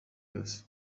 yose